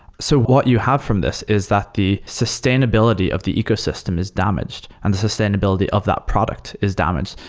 so what you have from this is that the sustainability of the ecosystem is damaged and the sustainability of that product is damaged,